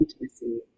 intimacy